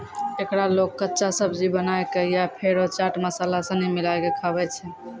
एकरा लोग कच्चा, सब्जी बनाए कय या फेरो चाट मसाला सनी मिलाकय खाबै छै